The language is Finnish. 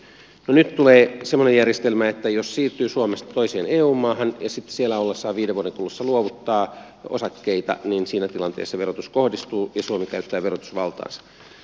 nyt tulee semmoinen järjestelmä että jos siirtyy suomesta toiseen eu maahan ja siellä ollessaan viiden vuoden kuluessa luovuttaa osakkeita niin siinä tilanteessa verotus kohdistuu ja suomi käyttää verotusvaltaansa